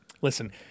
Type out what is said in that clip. Listen